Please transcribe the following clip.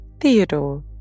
Theodore